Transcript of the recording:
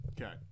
Okay